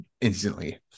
instantly